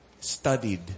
studied